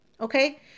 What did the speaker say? Okay